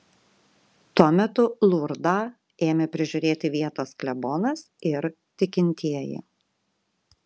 tuo metu lurdą ėmė prižiūrėti vietos klebonas ir tikintieji